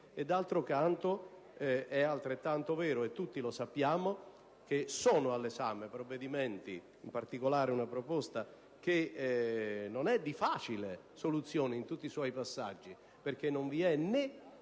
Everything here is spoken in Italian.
D'altro canto, è altrettanto vero, e tutti lo sappiamo, che sono all'esame provvedimenti, in particolare una proposta che non è di facile soluzione in tutti i suoi passaggi, perché non vi è